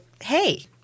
hey